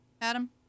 Adam